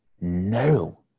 no